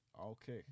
Okay